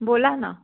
बोला ना